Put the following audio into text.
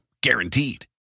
Guaranteed